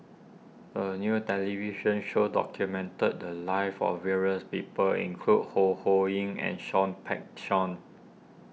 a new television show documented the lives of various people including Ho Ho Ying and Seah Peck Seah